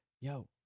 yo